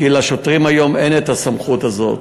כי לשוטרים היום אין את הסמכות הזאת,